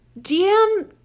DM